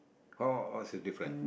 what what what's the different